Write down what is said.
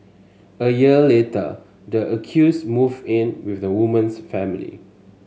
a year later the accused moved in with the woman's family